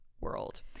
world